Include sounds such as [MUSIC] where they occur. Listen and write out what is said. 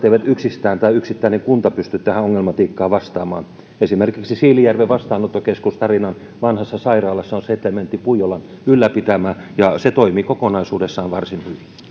[UNINTELLIGIBLE] eivät yksistään tai yksittäinen kunta ei pysty tähän ongelmatiikkaan vastaamaan esimerkiksi siilinjärven vastaanottokeskus tarinan vanhassa sairaalassa on setlementti puijolan ylläpitämä ja se toimii kokonaisuudessaan varsin